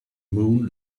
moon